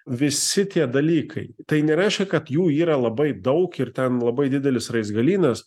visi tie dalykai tai nereiškia kad jų yra labai daug ir ten labai didelis raizgalynas